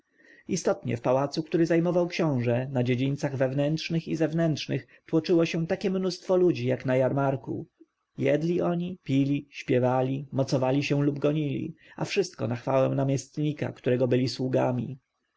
istotnie w pałacu który zajmował książę na dziedzińcach wewnętrznych i zewnętrznych tłoczyło się takie mnóstwo ludzi jak na jarmarku jedli oni pili śpiewali mocowali się lub gonili a wszystko na chwałę namiestnika którego byli sługami